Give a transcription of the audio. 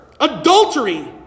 adultery